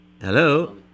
Hello